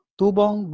tubong